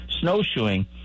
snowshoeing